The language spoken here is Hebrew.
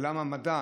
עולם המדע,